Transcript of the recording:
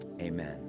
amen